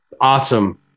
Awesome